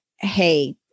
hey